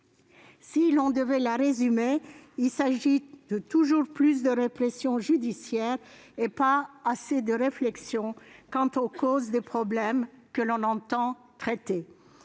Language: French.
On pourrait la résumer ainsi : toujours plus de répression judiciaire et pas assez de réflexion quant aux causes des problèmes que l'on entend traiter.